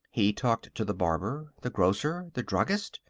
he talked to the barber, the grocer, the druggist,